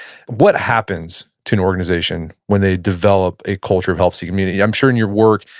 what happens to an organization when they develop a culture of help-seeking community? i'm sure in your work,